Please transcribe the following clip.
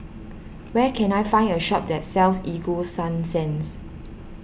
where can I find a shop that sells Ego Sunsense